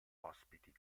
ospiti